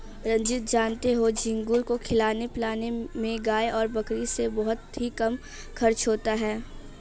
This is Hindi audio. रंजीत जानते हो झींगुर को खिलाने पिलाने में गाय और बकरी से बहुत ही कम खर्च होता है